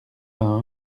vingt